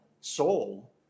soul